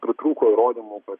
pritrūko įrodymų kad